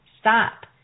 Stop